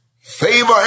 Favor